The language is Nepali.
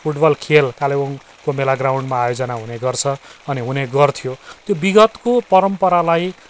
फुटबल खेल कालेबुङको मेला ग्राउन्डमा आयोजना हुने गर्छ अनि हुने गर्थ्यो त्यो विगतको परम्परालाई